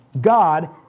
God